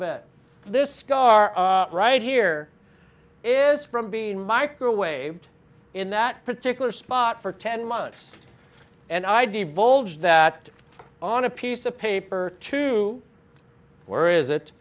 bit this scar right here is from being microwaved in that particular spot for ten months and i divulged that on a piece of paper to where is it